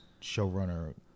showrunner